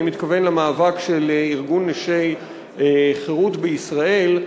אני מתכוון למאבק של ארגון נשי חרות בישראל.